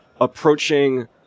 approaching